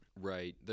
Right